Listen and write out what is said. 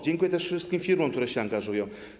Dziękuję też wszystkim firmom, które się angażują.